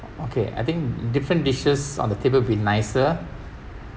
okay I think different dishes on the table will be nicer